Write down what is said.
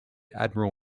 admiral